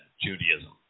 Judaism